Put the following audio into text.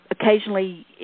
Occasionally